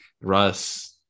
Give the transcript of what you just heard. Russ